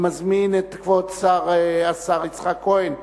אני מזמין את כבוד השר יצחק כהן,